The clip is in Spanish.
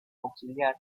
auxiliar